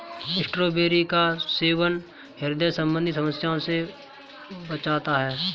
strawberry का सेवन ह्रदय संबंधी समस्या से बचाता है